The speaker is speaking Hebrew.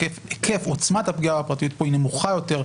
היקף ועוצמת הפגיעה בפרטיות פה היא נמוכה יותר.